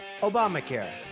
Obamacare